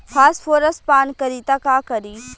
Phosphorus पान करी त का करी?